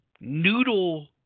noodle